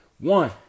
One